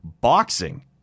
boxing